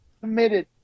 committed